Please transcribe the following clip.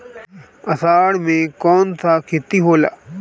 अषाढ़ मे कौन सा खेती होला?